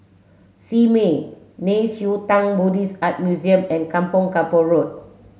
Simei Nei Xue Tang Buddhist Art Museum and Kampong Kapor Road